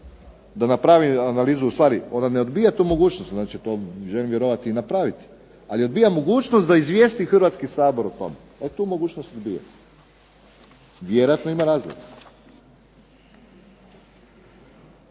da napravi analizu, ustvari ona ne odbija tu mogućnost, znači to želim vjerovati i napraviti, ali odbija mogućnost da izvijesti Hrvatski sabor o tome, ona tu mogućnost odbija. Vjerojatno ima razloga.